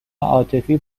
عاطفی